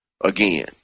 Again